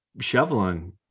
shoveling